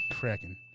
cracking